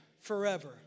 forever